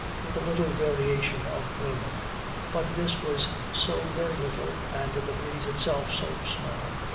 with a little variation of wind but this was so very little, and the breeze itself so small,